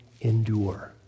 endure